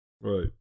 Right